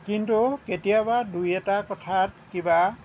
কিন্তু কেতিয়াবা দুই এটা কথাত কিবা